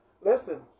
listen